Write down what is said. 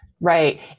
Right